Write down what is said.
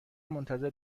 منتظر